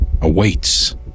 awaits